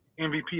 MVP